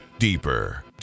deeper